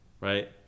right